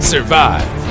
survive